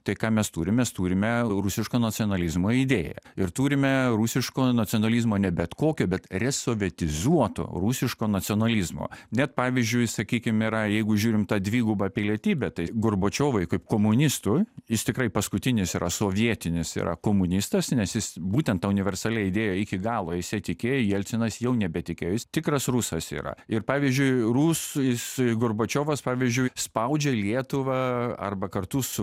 tai ką mes turim mes turime rusiško nacionalizmo idėją ir turime rusiškojo nacionalizmo ne bet kokio bet resovietizuoto rusiško nacionalizmo net pavyzdžiui sakykim yra jeigu žiūrim tą dvigubą pilietybę tai gorbačiovui kaip komunistui jis tikrai paskutinis yra sovietinis yra komunistas nes jis būtent tą universaliai idėja iki galo jis ja tikėjo jelcinas jau nebetikėjo jis tikras rusas yra ir pavyzdžiui rus ui gorbačiovas pavyzdžiui spaudžia lietuvą arba kartu su